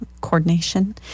coordination